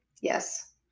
yes